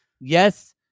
yes